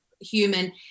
human